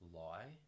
lie